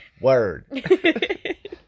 word